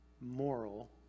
moral